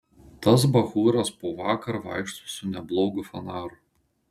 tas bachūras po vakar vaikšto su neblogu fanaru